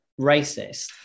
racist